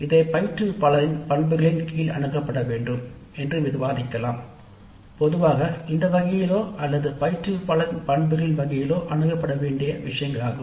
இதை இந்த வகையின் கீழ் அல்லது பயிற்றுவிப்பாளரின் சிறப்பியல்புகளின் கீழ் விவாதிக்கலாம்